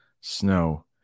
snow